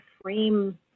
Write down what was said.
frame